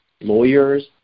lawyers